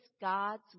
God's